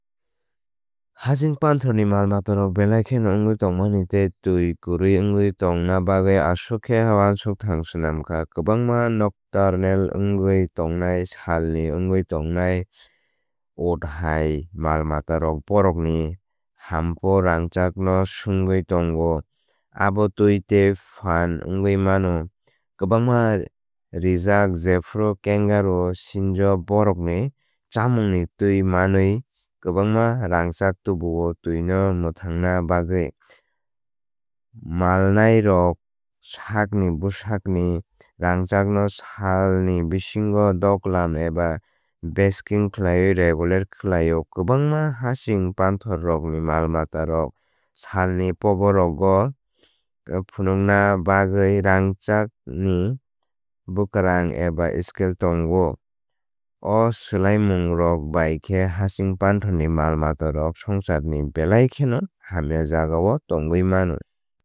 Hasing panthor ni malmatarok belai kheno wngwi tongmani tei twi kwrwi wngwi tongna bagwi aswk khe wansukthang swnamkha. Kwbangma nocturnal wngwi tongnai salni wngwi tongnai ut hai malmatarok bohrokni humpo rangchakno swngwi tongo abo twi tei phan wngwi mano. Kwbangma rejak jephru kangaroo sinjo bohrokni chamungni twi manwi kwbangma rangchak tubuo twino mwthangna bagwi. Malnai rok sakni bwsakni rangchakno salni bisingo duglam eba basking khlaiwi regulate khlaio. Kwbangma hasing pantbokorongi malmatarokni salni pobokorongo phunukna bagwi rangchakrangni bwkarang eba scales tongo. O swlaimungrok bai khe hasing panthor ni malmatarok swngcharni belai kheno hamya jagao tongwi mano.